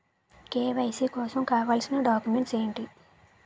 KYC కోసం కావాల్సిన documents ఎంటి?